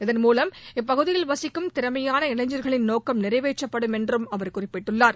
இதன்மூலம் இப்பகுதியில் வசிக்கும் திறமையான இளைஞர்களின் நோக்கம் நிறைவேற்றப்படும் என்றும் அவர் குறிப்பிட்டுள்ளார்